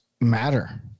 matter